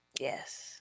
Yes